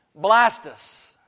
Blastus